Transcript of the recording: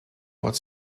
wort